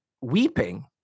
weeping